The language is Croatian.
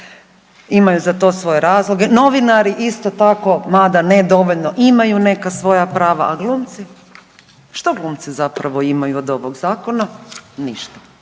imaju za to svoje razloge, novinari isto tako mada ne dovoljno imaju neka svoja prava. A glumci? Što glumci imaju zapravo od ovog zakona? Ništa